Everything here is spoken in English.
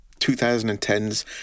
2010s